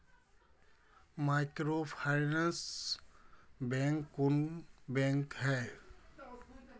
Microfinance bank कौन bank है?